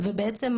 ובעצם,